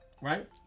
Right